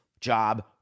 job